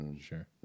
Sure